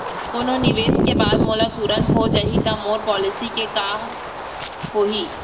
कोनो निवेश के बाद मोला तुरंत हो जाही ता मोर पॉलिसी के का होही?